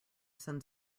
send